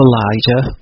Elijah